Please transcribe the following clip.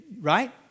right